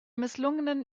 misslungenen